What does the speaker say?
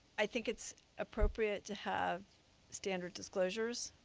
i think it's appropriate to have standard disclosures,